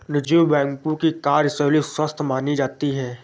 निजी बैंकों की कार्यशैली स्वस्थ मानी जाती है